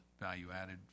value-added